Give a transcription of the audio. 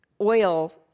oil